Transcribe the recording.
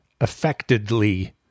affectedly